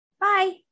Bye